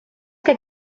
que